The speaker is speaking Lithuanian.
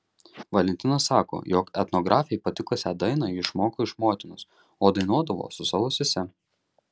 valentina sako jog etnografei patikusią dainą ji išmoko iš motinos o dainuodavo su savo sese